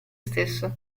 stesso